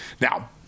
Now